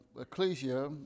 ecclesia